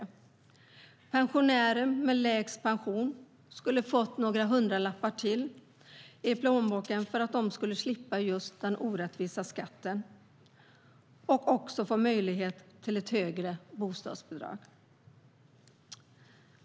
Pensionärer med lägst pension skulle ha fått några hundralappar till i plånboken, för de skulle slippa just den orättvisa skatten och skulle också ha fått möjlighet till ett högre bostadsbidrag.